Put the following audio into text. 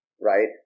right